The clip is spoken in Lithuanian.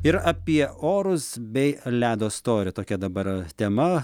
ir apie orus bei ledo storį tokia dabar tema